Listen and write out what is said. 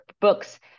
books